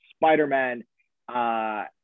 Spider-Man